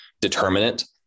determinant